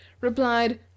replied